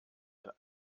ein